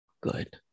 Good